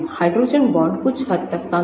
hydrogen bond कुछ हद तक कम हैं